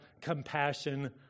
compassion